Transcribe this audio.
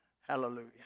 Hallelujah